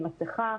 עם מסכה,